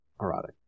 erotic